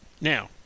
Now